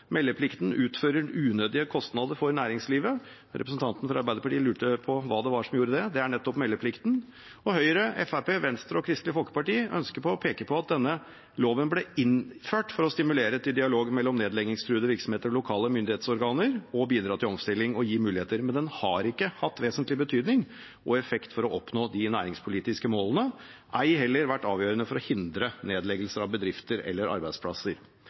Meldeplikten medfører unødige kostnader for næringslivet. Representanten fra Arbeiderpartiet lurte på hva det var som gjord det, og det er nettopp meldeplikten. Høyre, Fremskrittspartiet, Venstre og Kristelig Folkeparti ønsker å peke på at denne loven ble innført for å stimulere til dialog mellom nedleggingstruede virksomheter og lokale myndighetsorganer og bidra til omstilling og gi muligheter, men den har ikke hatt vesentlig betydning og effekt for å oppnå de næringspolitiske målene, ei heller vært avgjørende for å hindre nedleggelse av bedrifter eller arbeidsplasser.